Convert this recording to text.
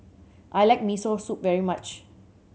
I like Miso Soup very much